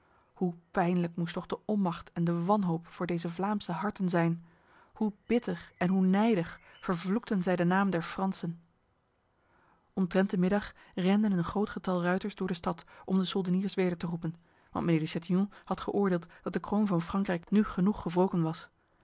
hoe pijnlijk moest toch de onmacht en de wanhoop voor deze vlaamse harten zijn hoe bitter en hoe nijdig vervloekten zij de naam der fransen omtrent de middag renden een groot getal ruiters door de stad om de soldeniers weder te roepen want mijnheer de chatillon had geoordeeld dat de kroon van frankrijk nu genoeg gewroken was